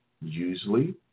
usually